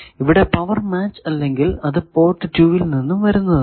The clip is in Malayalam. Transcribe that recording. ഇവിടെ പവർ മാച്ച് അല്ലെങ്കിൽ അത് പോർട്ട് 2 ൽ നിന്നും വരുന്നതാണ്